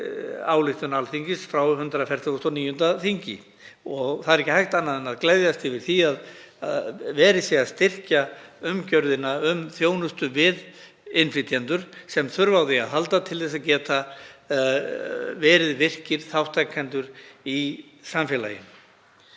ályktun Alþingis frá 149. þingi. Ekki er annað hægt en að gleðjast yfir því að verið sé að styrkja umgjörðina um þjónustu við innflytjendur sem þurfa á því að halda til þess að geta verið virkir þátttakendur í samfélaginu.